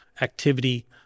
activity